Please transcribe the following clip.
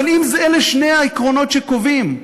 אבל אם אלה שני העקרונות שקובעים,